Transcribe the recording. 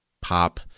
pop